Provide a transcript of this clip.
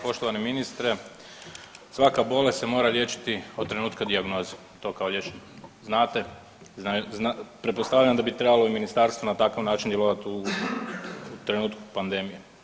Poštovani ministre, svaka bolest se mora liječiti od trenutka dijagnoze, to kao liječnik znate, pretpostavljam da bi trebalo i Ministarstvo na takav način djelovati u trenutku pandemije.